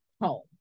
home